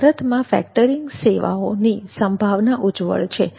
ભારતમાં ફેક્ટરીંગ સેવાઓની સંભાવના ઉજ્જવળ છે